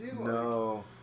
No